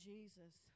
Jesus